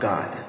God